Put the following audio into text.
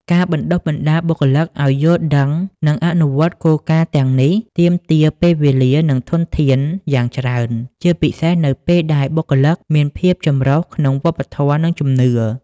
ការបណ្ដុះបណ្ដាលបុគ្គលិកឱ្យយល់ដឹង និងអនុវត្តគោលការណ៍ទាំងនេះទាមទារ ពេលវេលា និងធនធាន យ៉ាងច្រើន ជាពិសេសនៅពេលដែលបុគ្គលិកមានភាពចម្រុះក្នុងវប្បធម៌ និងជំនឿ។